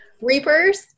reapers